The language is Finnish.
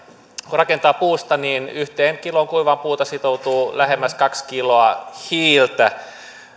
rakentaa puusta niin yhteen kiloon kuivaa puuta sitoutuu lähemmäksi kaksi kiloa hiiltä